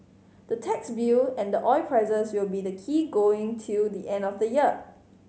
the tax bill and the oil prices will be the key going till the end of the year